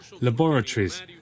laboratories